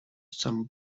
some